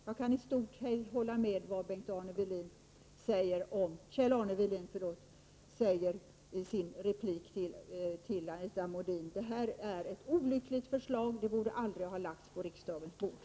Jag kan i stort hålla med om vad Kjell-Arne Welin sade i sin replik till Anita Modin. Förslaget om arbetsmiljöavgift är olyckligt. Det borde aldrig ha lagts på riksdagens bord.